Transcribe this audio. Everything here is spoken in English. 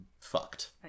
fucked